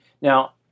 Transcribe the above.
Now